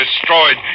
destroyed